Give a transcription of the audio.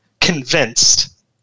convinced